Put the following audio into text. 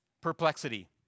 perplexity